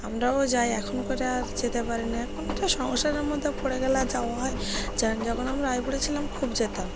আমরাও যাই এখন করে আর যেতে পারি না এখন তো সংসারের মধ্যে পড়ে গেলে আর যাওয়া হয় যান যখন আমরা আইবুড়ো ছিলাম খুব যেতাম